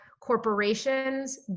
corporations